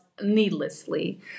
needlessly